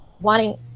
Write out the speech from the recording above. wanting